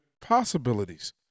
possibilities